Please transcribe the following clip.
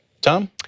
Tom